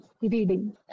Reading